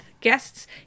Guests